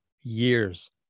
years